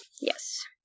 Yes